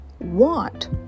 want